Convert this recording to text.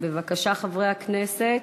בבקשה, חברי הכנסת,